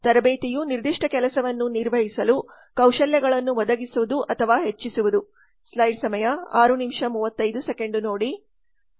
ತರಬೇತಿಯು ನಿರ್ದಿಷ್ಟ ಕೆಲಸವನ್ನು ನಿರ್ವಹಿಸಲು ಕೌಶಲ್ಯಗಳನ್ನು ಒದಗಿಸುವುದು ಅಥವಾ ಹೆಚ್ಚಿಸುವುದು